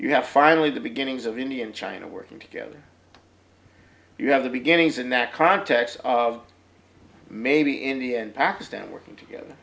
you have finally the beginnings of india and china working together you have the beginnings in that context of maybe india and pakistan working together